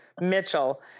Mitchell